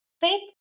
Faith